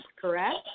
correct